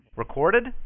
Recorded